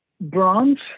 bronze